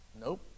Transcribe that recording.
Nope